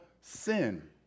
sin